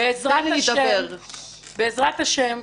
בעזרת השם,